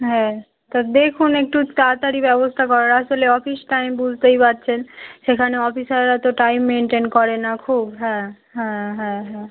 হ্যাঁ তা দেখুন একটু তাড়াতাড়ি ব্যবস্থা করার আসলে অফিস টাইম বুঝতেই পারছেন সেখানে অফিসাররা তো টাইম মেনটেন করে না খুব হ্যাঁ হ্যাঁ হ্যাঁ হ্যাঁ